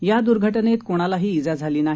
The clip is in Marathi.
या द्र्घटनेत कोणालाही ज्ञा झाली नाही